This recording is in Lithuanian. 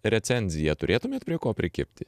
recenziją turėtumėt prie ko prikibti